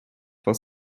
for